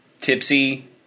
tipsy